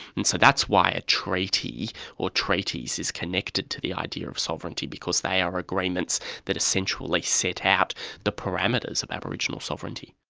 and so that's why a treaty or treaties is connected to to the idea of sovereignty, because they are agreements that essentially set out the parameters of aboriginal sovereignty.